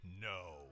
No